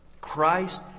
Christ